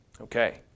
Okay